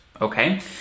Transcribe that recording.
okay